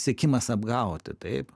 siekimas apgauti taip